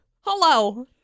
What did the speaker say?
Hello